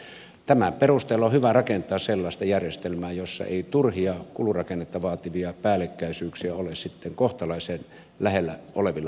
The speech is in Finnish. tämän perusteella on hyvä rakentaa sellaista järjestelmää jossa ei turhia kulurakennetta vaativia päällekkäisyyksiä ole sitten kohtalaisen lähellä olevilla alueilla